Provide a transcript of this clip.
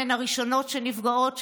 הן הראשונות שנפגעות,